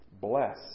Bless